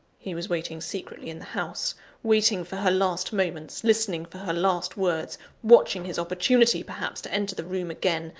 he was waiting secretly in the house waiting for her last moments listening for her last words watching his opportunity, perhaps, to enter the room again,